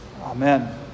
Amen